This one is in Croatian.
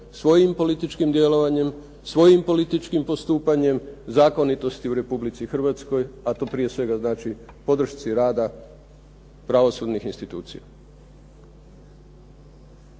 svojim političkim djelovanjem, svojim političkim postupanjem zakonitosti u Republici Hrvatskoj, a to prije svega znači podršci rada pravosudnih institucija.